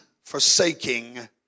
forsaking